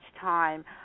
time